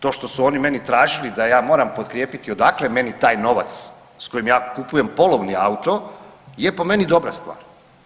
To što su oni mene tražili da ja moram potkrijepiti odakle meni taj novac s kojim ja kupujem polovni auto, je po meni dobra stvar.